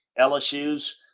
LSU's